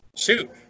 Shoot